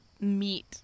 meet